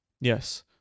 Yes